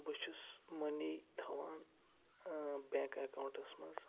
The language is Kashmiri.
بہٕ چھُس مٔنی تھاوان بیٚنٛک اکاونٹَس منٛز